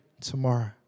Tomorrow